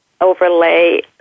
overlay